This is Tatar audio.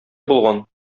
булган